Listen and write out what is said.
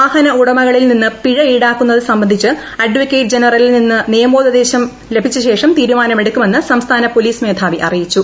വാഹന ഉടമകളിൽ നിന്ന് പിഴ ഇൌടാക്കുന്നത് സംബന്ധിച്ച് അഡ്വക്കേറ്റ് ജനറലിൽ നിന്ന് നിയമോപദേശം ലഭിച്ചശേഷം തീരുമാനമെടുക്കുമെന്ന് സംസ്ഥാന പോലീസ് മേധാവി അറിയിച്ചു